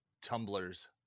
tumblers